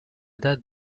date